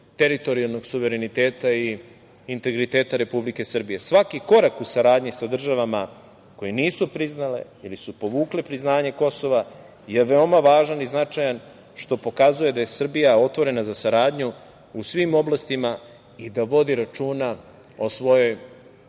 teritorijalnog suvereniteta i integriteta Republike Srbije. Svaki korak u saradnji sa državama koje nisu priznale ili su povukle priznanje Kosova je veoma važan i značajan što pokazuje da je Srbija otvorena za saradnju u svim oblastima i da vodi računa o svojoj